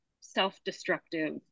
self-destructive